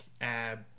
ab